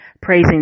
praising